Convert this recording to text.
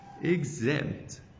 exempt